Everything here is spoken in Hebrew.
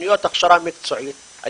תכניות הכשרה מקצועית,